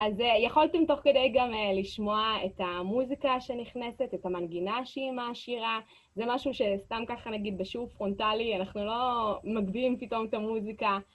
אז יכולתם תוך כדי גם לשמוע את המוזיקה שנכנסת, את המנגינה שהיא מעשירה. זה משהו שסתם ככה נגיד בשיעור פרונטלי, אנחנו לא מגבהים פתאום את המוזיקה.